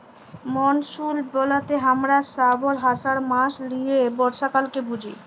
monsoon ব্যলতে হামরা শ্রাবল, আষাঢ় মাস লিয়ে বর্ষাকালকে বুঝি